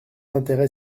intérêt